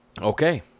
Okay